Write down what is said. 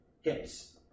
hits